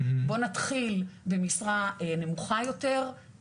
בואו נתחיל במשרה נמוכה יותר,